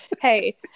Hey